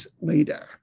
later